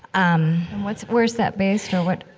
um, and what's where's that based? or what,